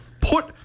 Put